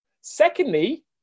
Secondly